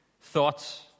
Thoughts